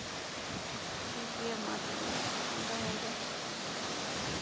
ᱴᱷᱤᱠ ᱜᱮᱭᱟ ᱢᱟ ᱛᱚᱵᱮᱧ ᱫᱚᱦᱚᱭᱫᱟ